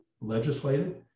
legislated